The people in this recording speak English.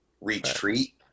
retreat